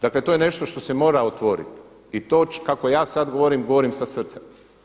Dakle, to je nešto što se mora otvoriti i to kako ja sada govorim, govorim sa srcem.